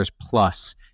plus